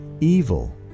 evil